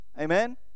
Amen